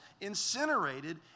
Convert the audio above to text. incinerated